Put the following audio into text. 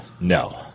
no